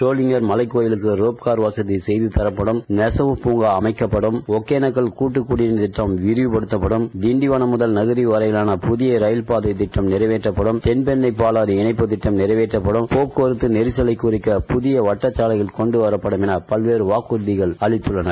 சோளிங்கர் மலைக் கோவிலுக்கு ரோப்கார் வகதி செய்து தாப்படும் நெகவுப் புங்கா அமைக்கப்படும் ஒகேனக்கல் கட்டுக்கடநீர் திட்டம் விரிவபடுத்தப்படும் திண்டிவனம் முதல் நகரி வரையிலான புதிய ரயில்வே திட்டம் நிறைவேற்றப்படும் தென்பெண்ண பாவாறு இணைப்புத்திட்டம் நிறைவேற்றப்படும் போக்கவாத்து நெரிசலை தீர்க்க புதிய வட்டப்பாதை கொண்டு வரப்படும் என வாக்கறதிகள் அளிக்கப்பட்டன